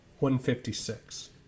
156